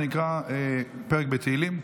אני אקרא פרק בתהילים: